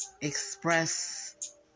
express